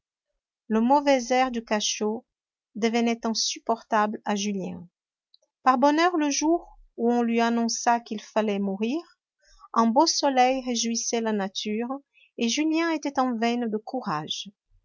le mauvais air du cachot devenait insupportable à julien par bonheur le jour où on lui annonça qu'il fallait mourir un beau soleil réjouissait la nature et julien était en veine de courage